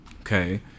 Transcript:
Okay